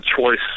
choice